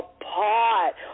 apart